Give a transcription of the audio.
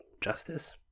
justice